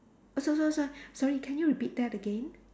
sorry sorry sorry sorry can you repeat that again